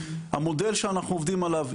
המודל שאנחנו עובדים עליו,